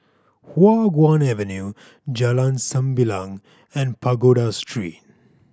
Hua Guan Avenue Jalan Sembilang and Pagoda Street